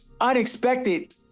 unexpected